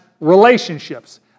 relationships